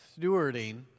stewarding